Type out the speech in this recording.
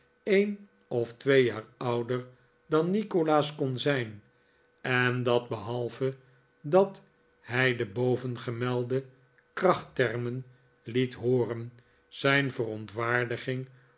een of twee jaar ouder dan nikolaas kon zijn en dat behalve dat hij de bovengemelde krachttermen liet hooren zijn verontwaardiging